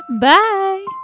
bye